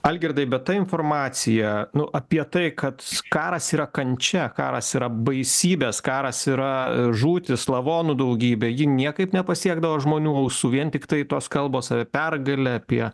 algirdai bet ta informacija nu apie tai kad karas yra kančia karas yra baisybės karas yra žūtys lavonų daugybė ji niekaip nepasiekdavo žmonių ausų vien tiktai tos kalbos apie pergalę apie